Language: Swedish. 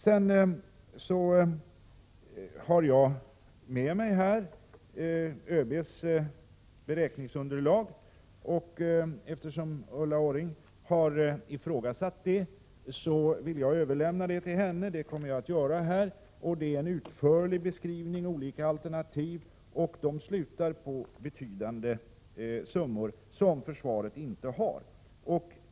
Jag har här med mig ÖB:s beräkningsunderlag. Eftersom Ulla Orring har ifrågasatt detta vill jag överlämna beräkningen till henne, vilket jag kommer att göra. Den innehåller en utförlig beskrivning av olika alternativ som sammantaget slutar på betydande summor som försvaret inte förfogar över.